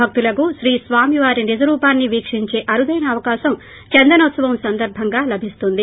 భక్తులకు శ్రీ స్వామివారి నిజరూపాన్ని వీక్షించే అరుదైన అవకాశం చందనోత్సవం సందర్బంగా లభిస్తుంది